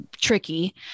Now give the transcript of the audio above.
tricky